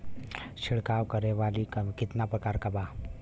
छिड़काव करे वाली क कितना प्रकार बा?